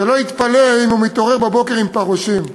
שלא יתפלא אם הוא מתעורר בבוקר עם פרעושים.